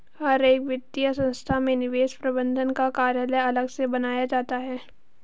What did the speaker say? हर एक वित्तीय संस्था में निवेश प्रबन्धन का कार्यालय अलग से बनाया जाता है